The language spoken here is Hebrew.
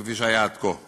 כפי שהיה עד כה.